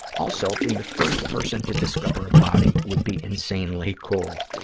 also, being the first person to discover a body would be insanely cool.